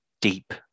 Deep